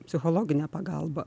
psichologinę pagalbą